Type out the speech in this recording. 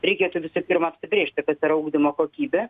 reikėtų visų pirma apsibrėžti kas yra ugdymo kokybė